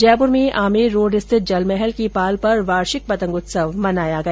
जयपूर में आमेर रोड स्थित जल महल की पाल पर वार्षिक पतंग उत्सव मनाया गया